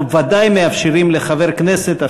אנחנו ודאי מאפשרים לחבר כנסת,